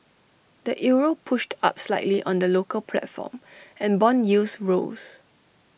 the euro pushed up slightly on the local platform and Bond yields rose